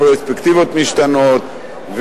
הפרספקטיבות משתנות,